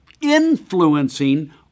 influencing